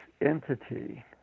entity